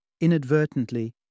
inadvertently